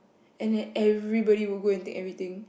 and then everybody would go and take everything